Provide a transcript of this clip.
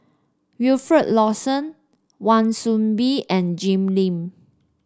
Wilfed Lawson Wan Soon Bee and Jim Lim